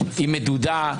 היא מדודה.